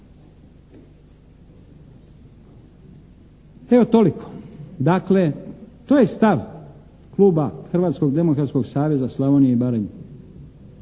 Evo toliko. Dakle to je stav kluba Hrvatskog demokratskog saveza Slavonije i Baranje.